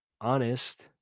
honest